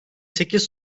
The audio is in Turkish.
sekiz